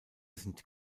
sind